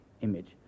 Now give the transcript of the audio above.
image